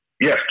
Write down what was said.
Yes